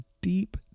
deep